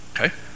okay